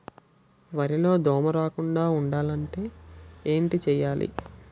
వరిలో దోమ రాకుండ ఉండాలంటే ఏంటి చేయాలి?